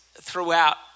throughout